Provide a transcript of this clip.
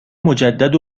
مجدد